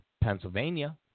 Pennsylvania